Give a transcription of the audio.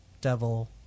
devil